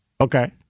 Okay